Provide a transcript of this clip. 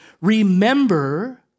remember